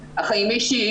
החיים האישיים,